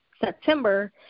September